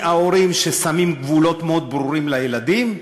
ההורים ששמים גבולות מאוד ברורים לילדים,